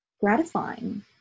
gratifying